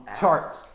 charts